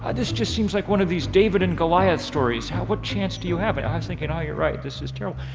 this just seems like one of these david and goliath stories. what chance do you have? and i was thinking, oh, you're right, this is terrible.